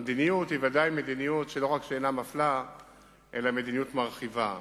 המדיניות היא ודאי מדיניות שלא רק שאינה מפלה אלא מדיניות מרחיבה.